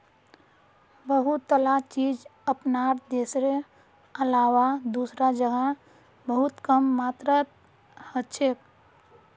बहुतला चीज अपनार देशेर अलावा दूसरा जगह बहुत कम मात्रात हछेक